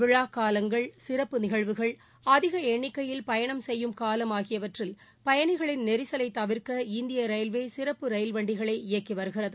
விழாக்காலங்கள் சிறப்பு நிகழ்வுகள் அதிகஎண்ணிக்கையில் பயணம் செய்யும் காலம் ஆகியவற்றில் பயணிகளின் நெரிசலைதவிர்க்க இந்தியரயில்வேசிறப்பு ரயில் வண்டிகளை இயக்கிவருகிறது